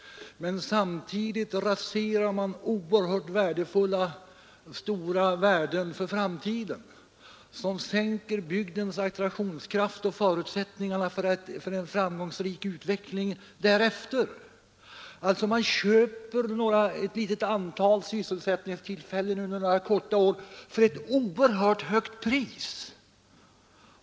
Men samtidigt raserar man oerhört stora värden för framtiden, vilket sänker bygdens attraktionskraft och minskar förutsättningarna för en framgångsrik utveckling därefter. Man köper alltså ett litet antal sysselsättningstillfällen under några få år för ett oerhört högt pris.